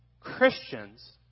Christians